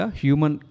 human